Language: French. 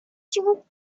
écrivains